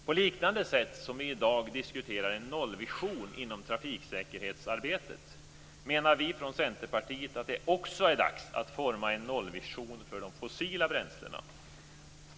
På liknande sätt som man i dag diskuterar en nollvision inom trafiksäkerhetsarbetet menar vi från Centerpartiet att det också är dags att forma en nollvision för de fossila bränslena.